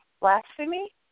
blasphemy